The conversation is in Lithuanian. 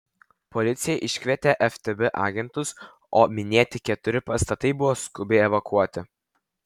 policija iškvietė ftb agentus o minėti keturi pastatai buvo skubiai evakuoti